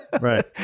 Right